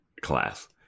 class